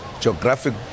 geographic